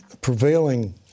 prevailing